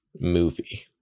movie